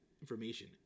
information